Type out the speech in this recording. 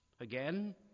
Again